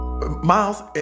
Miles